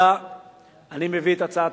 נתקבלה בקריאה ראשונה ותועבר לוועדת